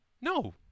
No